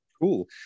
Cool